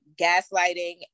gaslighting